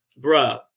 Bruh